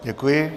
Děkuji.